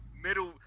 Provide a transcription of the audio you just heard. middle